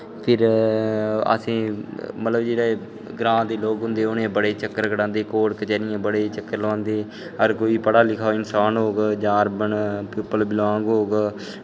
फिर असें मतलब जेह्ड़ा ग्रांऽ दे लोग होंदे उ'नें गी बड़े चक्कर कटांदे को्र्ट कचैरियें दे बड़े चक्कर लोआंदे अगर कोई पढ़ा लिखा इंसान होग जां अरबन प्यूपल बिलांग होग